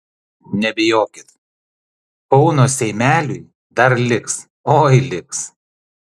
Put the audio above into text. nebijokit kauno seimeliui dar liks oi liks